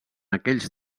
aquells